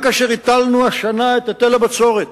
גם כאשר הטלנו השנה את היטל הבצורת,